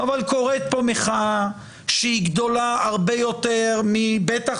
אבל קורית פה מחאה שהיא גדולה הרבה יותר מבטח